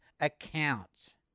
account